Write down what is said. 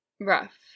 rough